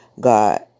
God